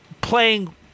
playing